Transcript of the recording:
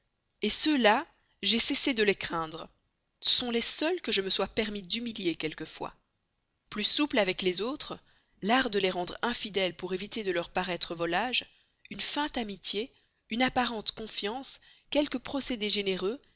et ceux-là j'ai cessé de les craindre ce sont les seuls que je me sois permis d'humilier quelquefois plus souple avec les autres l'art de les rendre infidèles pour éviter de leur paraître volage une feinte amitié une apparente confiance quelques procédés généreux